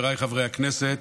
הכנסת,